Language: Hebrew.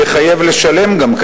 יחייב לשלם גם,